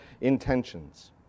intentions